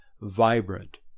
vibrant